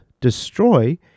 destroy